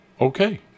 Okay